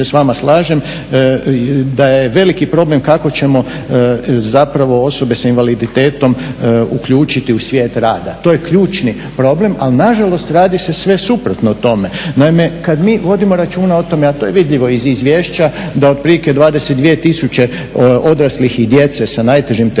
čim se s vama slažem da je veliki problem kako ćemo zapravo osobe sa invaliditetom uključiti u svijet rada. To je ključni problem, ali na žalost radi se sve suprotno tome. Naime, kad mi vodimo računa o tome, a to je vidljivo iz izvješća da otprilike 22000 odraslih i djece sa najtežim teškoćama